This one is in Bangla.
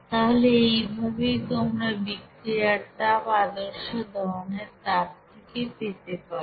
তাহলে এই ভাবেই তোমরা বিক্রিয়ার তাপ আদর্শ দহনের তাপ থেকে পেতে পারো